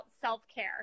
self-care